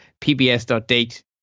pbs.date